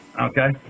Okay